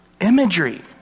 imagery